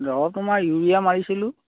লগত তোমাৰ ইউৰিয়া মাৰিছিলোঁ